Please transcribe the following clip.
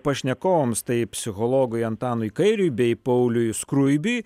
pašnekovams tai psichologui antanui kairiui bei pauliui skruibiui